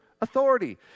authority